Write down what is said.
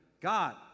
God